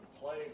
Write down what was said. play